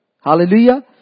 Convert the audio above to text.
Hallelujah